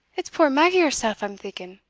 it's puir maggie hersell, i'm thinking.